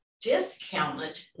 discounted